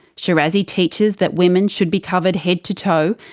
shirazi teaches that women should be covered head to toe,